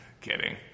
Kidding